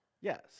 Yes